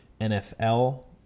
NFL